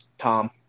Tom